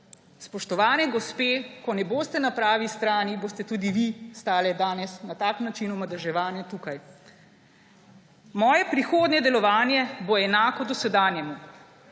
Spoštovane gospe, ko ne boste na pravi strani, boste tudi ve stale na tak način omadeževane tukaj. Moje prihodnje delovanje bo enako dosedanjemu,